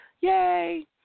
Yay